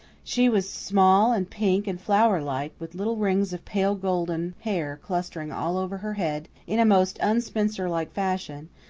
she was small and pink and flower-like, with little rings of pale golden hair clustering all over her head in a most unspinster-like fashion,